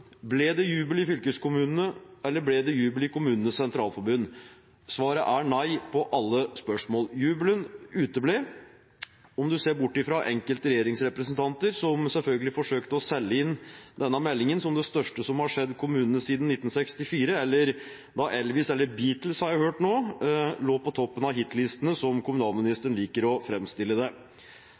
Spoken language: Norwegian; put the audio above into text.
Ble det jubel i fylkeskommunene, eller ble det jubel i Kommunenes Sentralforbund? Svaret er nei på alle spørsmålene. Jubelen uteble, om du ser bort ifra enkelte regjeringsrepresentanter som selvfølgelig forsøkte å selge inn denne meldingen som det største som har skjedd kommunene siden 1964, eller da Elvis – eller Beatles har jeg hørt nå – lå på toppen av hitlistene, som kommunalministeren liker å framstille det.